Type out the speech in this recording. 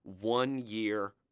one-year